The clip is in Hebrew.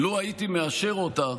לו הייתי מאשר אותה,